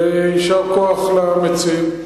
ויישר כוח למציעים.